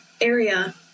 area